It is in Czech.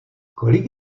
kolik